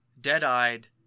dead-eyed